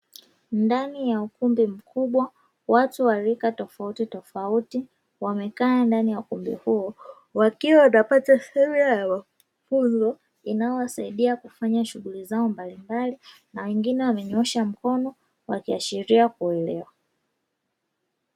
Ndani ya ukumbi mkubwa watu wa rika tofautitofauti, wamekaa ndani ya ukumbi huo, wakiwa wanapata semina ya mafunzo inayowasidia kufanya shughuli zao mbalimbali, na wengine wamenyoosha mkono wakiashiria kuelewa.